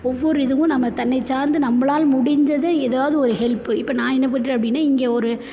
ஒவ்வொரு இதுவும் நம்ம தன்னை சார்ந்து நம்மளால் முடிஞ்சத ஏதாவது ஒரு ஹெல்ப்பு இப்போ நான் என்ன பண்ணுறேன் அப்படின்னா இங்கே ஒரு